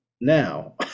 now